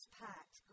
packed